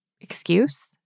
excuse